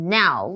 now